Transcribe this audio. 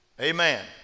Amen